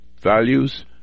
values